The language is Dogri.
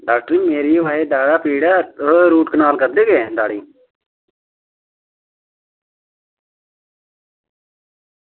डॉक्टर ई मेरी दाढ़ा पीड़ ऐ तुस रूट कनाल करदे गे दाढ़ा ई